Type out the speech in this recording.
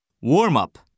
Warm-up